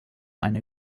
eine